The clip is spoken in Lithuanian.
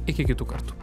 iki kitų kartų